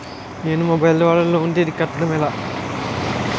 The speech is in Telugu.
నేను మొబైల్ ద్వారా లోన్ తిరిగి కట్టడం ఎలా?